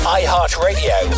iHeartRadio